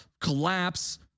collapse